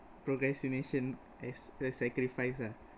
procrastination as a sacrifice lah